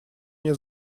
мне